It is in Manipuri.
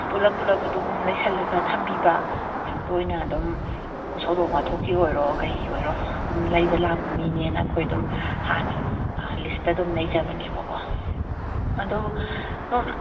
ꯄꯨꯂꯞ ꯄꯨꯂꯞ ꯑꯗꯨꯝ ꯂꯩꯁꯜꯂꯒ ꯊꯝꯕꯤꯕ ꯌꯥꯝ ꯇꯣꯏꯅ ꯑꯗꯨꯝ ꯊꯧꯗꯣꯛ ꯋꯥꯊꯣꯛꯀꯤ ꯑꯣꯏꯔꯣ ꯀꯔꯤ ꯑꯣꯏꯔꯣ ꯁꯨꯝ ꯂꯩꯕ ꯂꯥꯛꯄ ꯃꯤꯅꯦꯅ ꯑꯩꯈꯣꯏ ꯑꯗꯨꯝ ꯍꯥꯟꯅ ꯂꯤꯁꯇ ꯑꯗꯨꯝ ꯂꯩꯖꯕꯅꯦꯕꯀꯣ ꯑꯗꯨ ꯁꯣꯝ